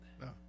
No